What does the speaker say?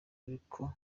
ariko